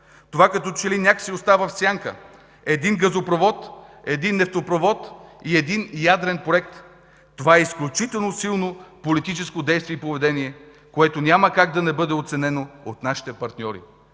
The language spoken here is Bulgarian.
Това като че ли някак си остава в сянка – един газопровод, един нефтопровод и един ядрен проект. Това е изключително силно политическо действие и поведение, което няма как да не бъде оценено от нашите партньори”.